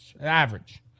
average